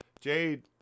Jade